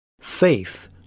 faith